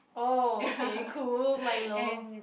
oh okay cool Milo